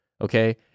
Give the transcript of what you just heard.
okay